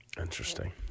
Interesting